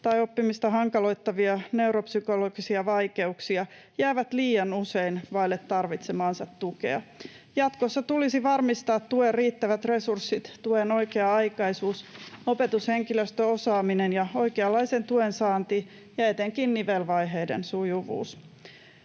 tai oppimista hankaloittavia neuropsykologisia vaikeuksia, jäävät liian usein vaille tarvitsemaansa tukea. Jatkossa tulisi varmistaa tuen riittävät resurssit, tuen oikea-aikaisuus, opetushenkilöstön osaaminen ja oikeanlaisen tuen saanti ja etenkin nivelvaiheiden sujuvuus.